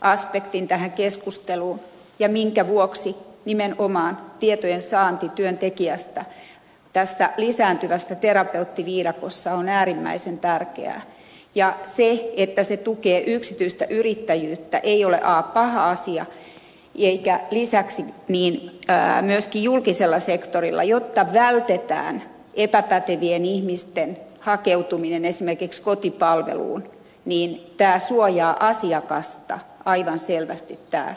aspektin tähän keskusteluun ja minkä vuoksi nimenomaan tietojen saanti työntekijästä tässä lisääntyvässä terapeuttiviidakossa on äärimmäisen tärkeä ja siihen että se tukee yksityistä yrittäjyyttä ei olekaan paha asia eikä lisäksi niin ikään myöskin julkisella sektorilla jotta vältetään epäpätevien ihmisten hakeutuminen esimerkiksi kotipalveluun viilettää suojaa asiakasta aivan selvästi tää